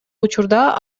учурда